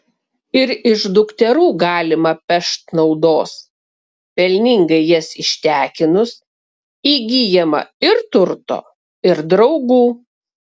ir iš dukterų galima pešt naudos pelningai jas ištekinus įgyjama ir turto ir draugų